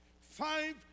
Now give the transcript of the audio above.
Five